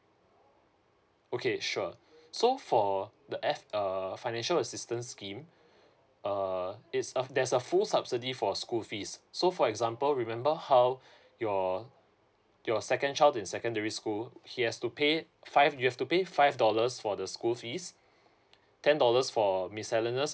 okay sure so for the F err financial assistance scheme uh it's a there's a full subsidy for school fees so for example remember how your your second child in secondary school he has to pay five you've to pay five dollars for the school fees ten dollars for miscellaneous